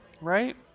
right